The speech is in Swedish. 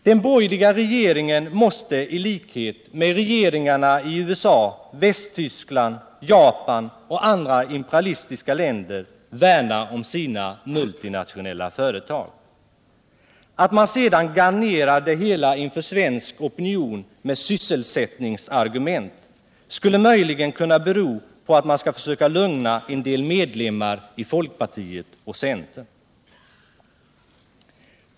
Den borgerliga regeringen måste i likhet med regeringarna i USA, Västtyskland, Japan och andra imperialistiska länder värna om sina multinationella företag. Att man sedan garnerar det hela inför svensk opinion med sysselsättningsargument skulle möjligen kunna bero på att man skall försöka lugna en del medlemmar i folkpartiet och centern.